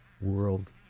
World